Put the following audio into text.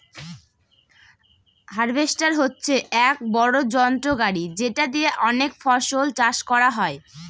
harvester হচ্ছে এক বড়ো যন্ত্র গাড়ি যেটা দিয়ে অনেক ফসল চাষ করা যায়